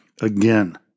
Again